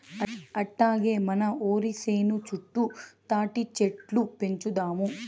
అట్టాగే మన ఒరి సేను చుట్టూ తాటిచెట్లు పెంచుదాము